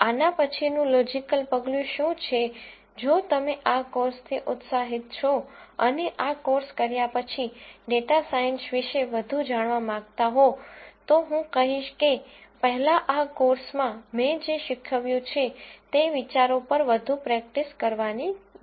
આના પછીનું લોજિકલ પગલું શું છે જો તમે આ કોર્સથી ઉત્સાહિત છો અને આ કોર્સ કર્યા પછી ડેટા સાયન્સ વિશે વધુ જાણવા માંગતા હો તો હું કહીશ કે પહેલા આ કોર્સમાં મેં જે શીખવ્યું છે તે વિચારો પર વધુ પ્રેક્ટિસ કરવાની છે